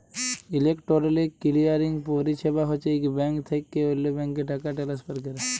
electronic clearing পরিছেবা হছে ইক ব্যাংক থ্যাইকে অল্য ব্যাংকে টাকা টেলেসফার ক্যরা